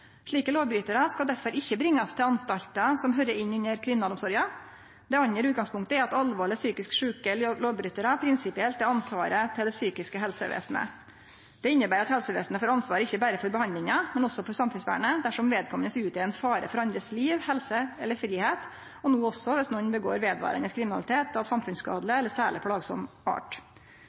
Slike lovbrytarar skal derfor ikkje bringast til anstaltar som høyrer inn under kriminalomsorga. Det andre utgangspunktet er at alvorleg psykisk sjuke lovbrytarar prinsipielt er ansvaret til det psykiske helsevesenet. Det inneber at helsevesenet får ansvaret ikkje berre for behandlinga, men også for samfunnsvernet, dersom vedkomande utgjer ein fare for livet, helsa eller fridomen til andre, og no også om nokon vedvarande utfører kriminalitet av samfunnsskadeleg eller særleg